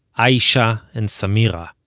ayisha and samira,